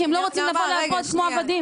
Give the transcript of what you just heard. כי הם לא רוצים לעבוד כמו עבדים.